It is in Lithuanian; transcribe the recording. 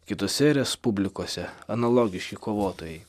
kitose respublikose analogiški kovotojai